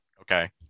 Okay